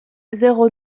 zéro